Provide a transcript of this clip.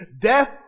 death